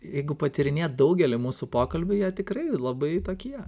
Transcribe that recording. jeigu patyrinėt daugelį mūsų pokalbių jie tikrai labai tokie